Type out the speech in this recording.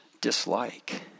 dislike